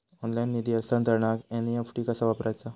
Online निधी हस्तांतरणाक NEFT कसा वापरायचा?